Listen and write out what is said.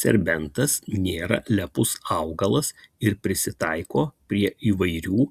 serbentas nėra lepus augalas ir prisitaiko prie įvairių